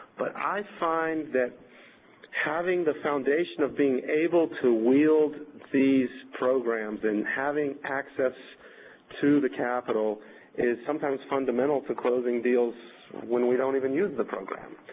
but i find that having the foundation of being able to wield these programs and having access to the capital is sometimes fundamental to closing deals when we don't even use the program.